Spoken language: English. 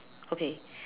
okay